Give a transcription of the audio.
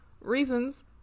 reasons